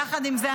יחד עם זה,